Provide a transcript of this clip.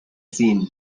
seen